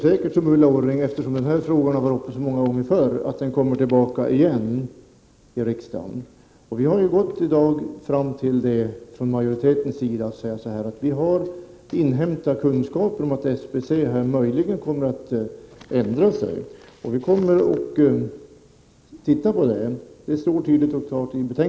Eftersom denna fråga har varit uppe till debatt så många gånger förut, tror jag, ilikhet med Ulla Orring, att den kommer att tas upp igen här i riksdagen. Utskottsmajoriteten har inhämtat kunskaper om att SBC möjligen kommer att förändras. Och det står klart och tydligt i betänkandet att SBC skall ses över.